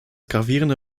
gravierende